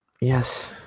Yes